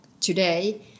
today